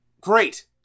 Great